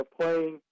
playing